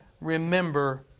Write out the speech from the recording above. remember